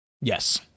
Yes